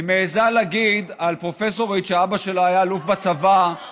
היא מעיזה להגיד על פרופסורית שאבא שלה היה אלוף בצבא,